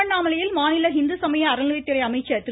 திருவண்ணாமலையில் மாநில இந்து சமய அறநிலையத்துறை அமைச்சர் திரு